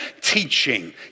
Teaching